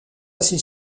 ces